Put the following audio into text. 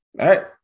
right